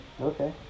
okay